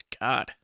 god